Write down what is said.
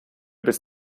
bis